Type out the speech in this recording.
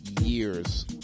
years